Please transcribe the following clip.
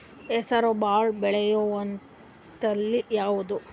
ಹೆಸರು ಭಾಳ ಬೆಳೆಯುವತಳಿ ಯಾವದು?